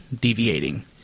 deviating